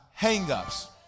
hangups